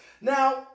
Now